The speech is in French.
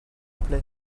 plait